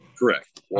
Correct